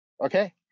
okay